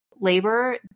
labor